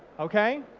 okay,